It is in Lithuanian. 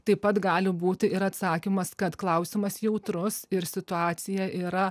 taip pat gali būti ir atsakymas kad klausimas jautrus ir situacija yra